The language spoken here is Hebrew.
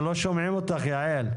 בוקר טוב לכולם.